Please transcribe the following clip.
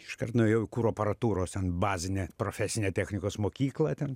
iškart nuėjau į kuro aparatūros ten bazinę profesinę technikos mokyklą ten